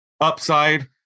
upside